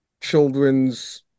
children's